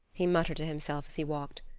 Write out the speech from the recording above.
he muttered to himself as he walked.